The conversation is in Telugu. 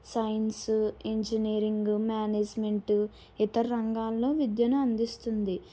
సైన్సు ఇంజనీరింగ్ మేనేజ్మెంట్ ఇతర రంగాల్లో విద్యను అందిస్తుంది